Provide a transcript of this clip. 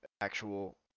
actual